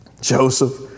Joseph